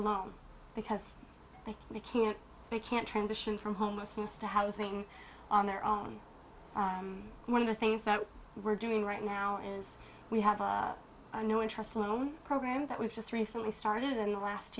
alone because they can't they can't transition from homelessness to housing on their own and one of the things that we're doing right now is we have a new interest loan program that we've just recently started in the last